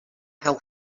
how